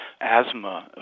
asthma